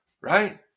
Right